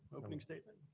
opening statement.